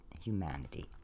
humanity